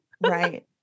right